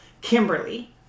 Kimberly